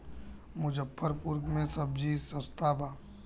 मुजफ्फरपुर में सबजी सस्ता बा